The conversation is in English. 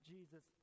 Jesus